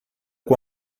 com